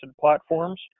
platforms